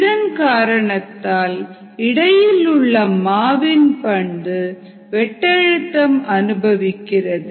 இதன் காரணத்தால் இடையிலுள்ள மாவின் பந்து வெட்டழுத்தம் அனுபவிக்கிறது